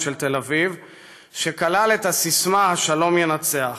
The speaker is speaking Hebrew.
תל אביב שכלל את הסיסמה "השלום ינצח".